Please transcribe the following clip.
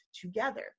together